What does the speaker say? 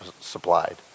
supplied